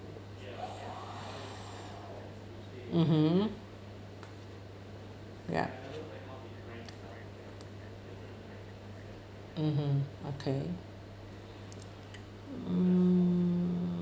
mmhmm ya mmhmm okay mm